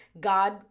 God